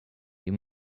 you